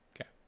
Okay